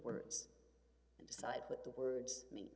words and decide what the words me